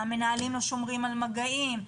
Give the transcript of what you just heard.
המנהלים לא שומרים על מגעים,